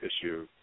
issue